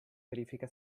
verifica